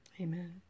Amen